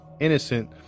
innocent